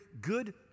good